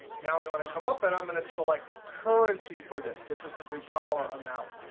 now we want to come up, and i'm going to select currency for this, because this is a dollar amount.